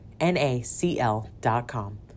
NACL.com